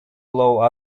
allow